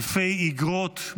אלפי איגרות,